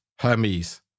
Hermes